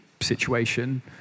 situation